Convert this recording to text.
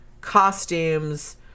costumes